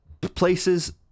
places